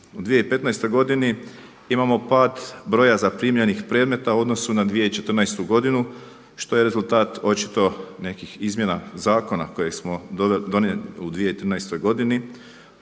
U 2015. godini imamo pad broja zaprimljenih predmeta u odnosu na 2014. godinu što je rezultat očito nekih izmjena zakona koje smo donijeli u 2013. godini.